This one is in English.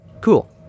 Cool